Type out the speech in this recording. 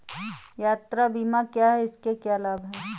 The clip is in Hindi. यात्रा बीमा क्या है इसके क्या लाभ हैं?